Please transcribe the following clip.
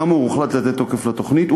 בסופו כאמור הוחלט לתת תוקף לתוכנית.